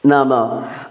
नाम